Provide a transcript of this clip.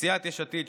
סיעת יש עתיד,